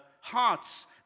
hearts